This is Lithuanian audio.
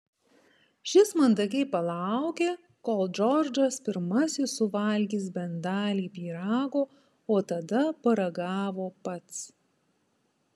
šis mandagiai palaukė kol džordžas pirmasis suvalgys bent dalį pyrago o tada paragavo pats